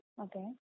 Okay